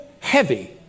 heavy